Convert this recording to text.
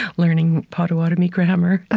learning potawatomi grammar